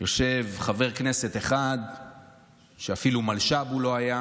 יושב חבר כנסת אחד שאפילו מלש"ב לא היה,